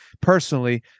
personally